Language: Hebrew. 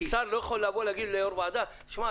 שר לא יכול לבוא לראש ועדה ולהגיד לו,